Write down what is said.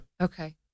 okay